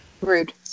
rude